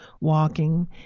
walking